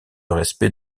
respect